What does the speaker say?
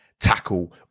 tackle